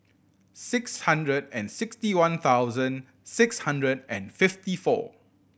six hundred and sixty one thousand six hundred and fifty four